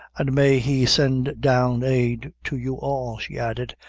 an' may he send down aid to you all, she added,